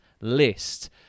list